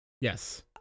Yes